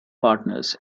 partners